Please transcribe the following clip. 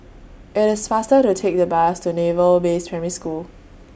IT IS faster to Take The Bus to Naval Base Primary School